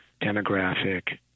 demographic